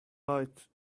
light